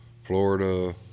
Florida